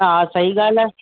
हा सही ॻाल्हि आहे